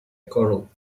corral